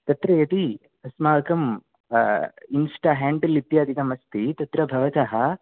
तत्र यदि अस्माकं इन्स्टा हेण्डल् इत्यादिकम् अस्ति तत्र भवतः